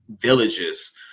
villages